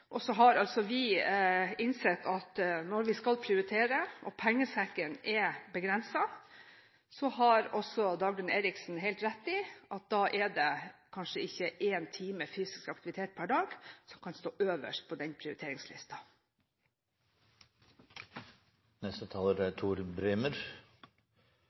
aktive. Så har vi innsett at når vi skal prioritere, og pengesekken er begrenset, er det – som Dagrun Eriksen har helt rett i – kanskje ikke én time med fysisk aktivitet hver dag som kan stå øverst på den